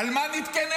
על מה נתכנס?